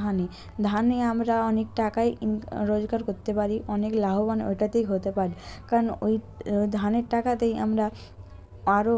ধানে ধানে আমরা অনেক টাকাই ইন রোজগার করতে পারি অনেক লাভবান ওটাতেই হতে পারি কারণ ওই ধানের টাকাতেই আমরা আরও